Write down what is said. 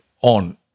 on